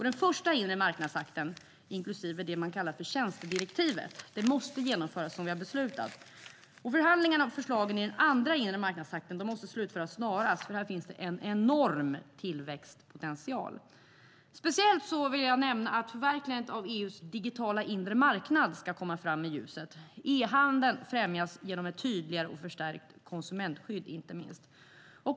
Den första inremarknadsakten, inklusive det man kallar för tjänstedirektivet, måste genomföras som vi har beslutat. Förhandlingarna om förslagen i den andra inremarknadsakten måste slutföras snarast, för här finns det en enorm tillväxtpotential. Jag vill speciellt nämna att förverkligandet av EU:s digitala inre marknad ska komma fram i ljuset. E-handeln främjas inte minst genom ett tydligare och förstärkt konsumentskydd.